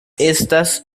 estas